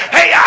Hey